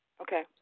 Okay